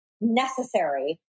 necessary